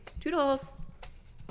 Toodles